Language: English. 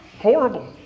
Horrible